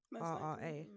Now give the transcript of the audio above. RRA